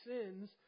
sins